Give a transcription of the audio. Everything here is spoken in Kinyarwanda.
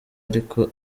ariko